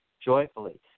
joyfully